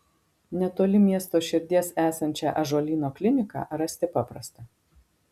netoli miesto širdies esančią ąžuolyno kliniką rasti paprasta